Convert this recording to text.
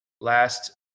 last